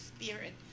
spirit